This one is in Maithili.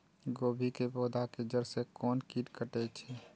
गोभी के पोधा के जड़ से कोन कीट कटे छे?